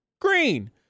green